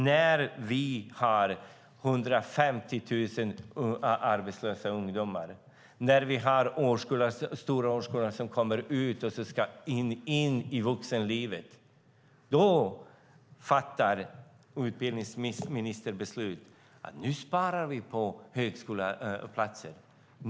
När vi har 150 000 arbetslösa ungdomar, och när vi har stora årskullar som kommer ut från skolan och ska in i vuxenlivet fattar utbildningsministern beslut om att man ska spara in på antalet högskoleplatser.